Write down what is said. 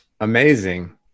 Amazing